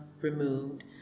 removed